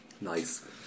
Nice